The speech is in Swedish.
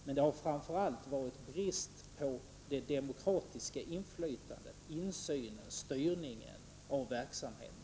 Men det har framför allt varit brist på det demokratiska inflytandet, insynen och styrningen av verksamheten.